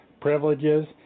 privileges